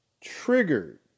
triggered